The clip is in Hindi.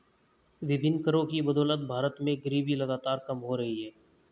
विभिन्न करों की बदौलत भारत में गरीबी लगातार कम हो रही है